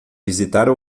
visitar